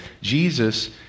Jesus